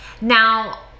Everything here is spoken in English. now